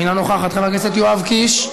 אינה נוכחת, חבר הכנסת יואב קיש,